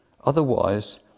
otherwise